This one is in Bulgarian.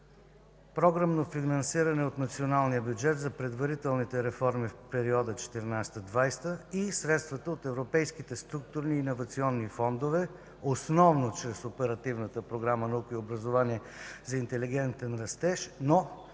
програмно финансиране от националния бюджет за предварителните реформи в периода 2014 – 2020 г. и средствата от европейските структурни и иновационни фондове, основно чрез Оперативната